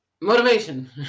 motivation